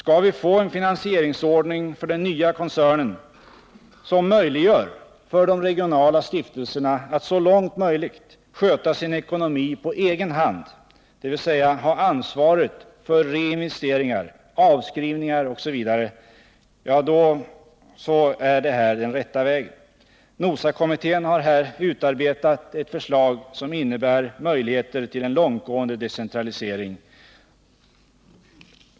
För den nya koncernen skall vi skapa en finansieringsordning som möjliggör för de regionala stiftelserna att så långt möjligt sköta sin ekonomi på egen hand, dvs. ha ansvaret för reinvesteringar, avskrivningar osv. NOSA kommittén har här utarbetat ett förslag, som innebär möjligheter till en långtgående decentralisering.